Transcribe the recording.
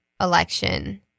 election